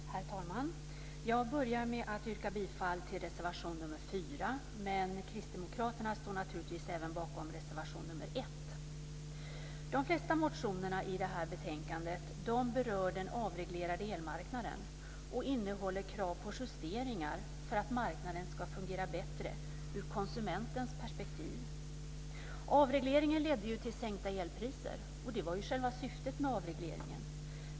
Herr talman! Jag börjar med att yrka bifall till reservation 4, men kristdemokraterna står naturligtvis även bakom reservation 1. De flesta motionerna i det här betänkandet berör den avreglerade elmarknaden och innehåller krav på justeringar för att marknaden ska fungera bättre ur konsumentens perspektiv. Avregleringen ledde till sänkta elpriser, och det var ju själva syftet med avregleringen.